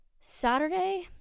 Saturday